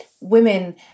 women